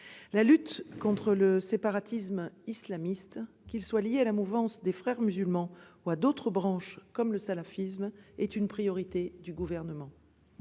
la lutte contre le séparatisme islamiste, qu'il soit lié à la mouvance des Frères musulmans ou à d'autres branches, comme le salafisme, est une priorité du Gouvernement.